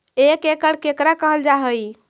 एक एकड़ केकरा कहल जा हइ?